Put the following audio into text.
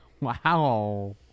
Wow